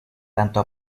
tanto